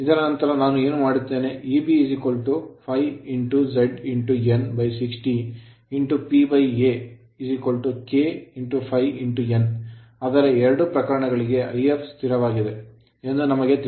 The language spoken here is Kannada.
ಇದರ ನಂತರ ನಾವು ಏನು ಮಾಡುತ್ತೇವೆ Eb ∅ Z N 60 P A K ∅ n ಆದರೆ ಎರಡೂ ಪ್ರಕರಣಗಳಿಗೆ If ಸ್ಥಿರವಾಗಿದೆ ಎಂದು ನಮಗೆ ತಿಳಿದಿದೆ